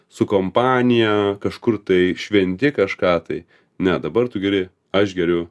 su kompanija kažkur tai šventi kažką tai ne dabar tu geri aš geriu